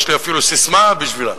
יש לי אפילו ססמה בשבילה: